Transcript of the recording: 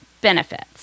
benefits